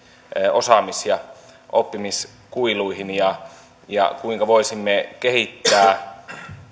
osaamis ja oppimiskuiluihin ja ja kuinka voisimme kehittää